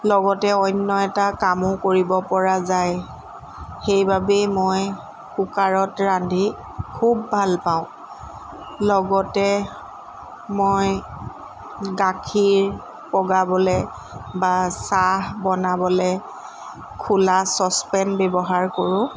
লগতে অন্য এটা কামো কৰিব পৰা যায় সেইবাবেই মই কুকাৰত ৰান্ধি খুব ভাল পাওঁ লগতে মই গাখীৰ পগাবলৈ বা চাহ বনাবলৈ খোলা চচপেন ব্যৱহাৰ কৰোঁ